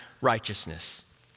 righteousness